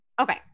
okay